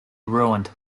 ruined